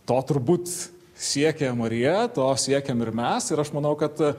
to turbūt siekia marija to siekiam ir mes ir aš manau kad